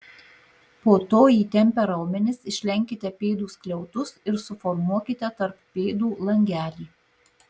po to įtempę raumenis išlenkite pėdų skliautus ir suformuokite tarp pėdų langelį